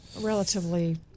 relatively